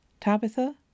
Tabitha